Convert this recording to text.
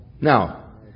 Now